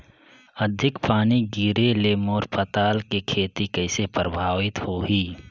अधिक पानी गिरे ले मोर पताल के खेती कइसे प्रभावित होही?